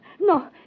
No